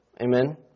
Amen